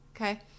okay